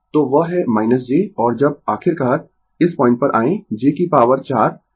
तो वह है j और जब आखिरकार इस पॉइंट पर आएँ j की पॉवर 4